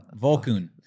Volkun